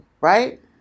right